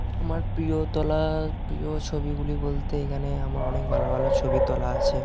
আমার প্রিয় তোলা প্রিয় ছবিগুলি বলতে এখানে আমার অনেক ভালো ভালো ছবি তোলা আছে